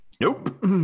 Nope